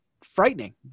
frightening